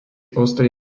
ostrý